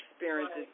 experiences